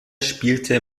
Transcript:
spielte